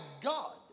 God